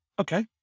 okay